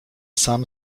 sam